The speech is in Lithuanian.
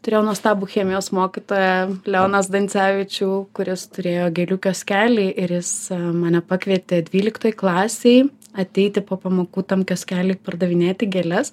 turėjau nuostabų chemijos mokytoja leonas danisevičių kuris turėjo gėlių kioskelį ir jis mane pakvietė dvyliktoj klasėj ateiti po pamokų tam kioskely pardavinėti gėles